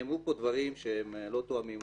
נאמרו פה דברים שהם לא תואמים.